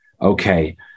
okay